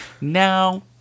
Now